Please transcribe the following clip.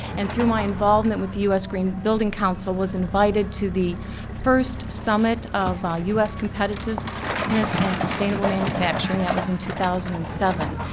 and through my involvement with the u s. green building council was invited to the first summit of ah u s. competitiveness and sustainable manufacturing, that was in two thousand and seven.